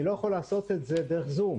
אני לא יכול לעשות את זה דרך זום.